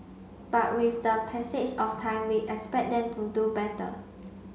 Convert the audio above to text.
but with the passage of time we expect them to do better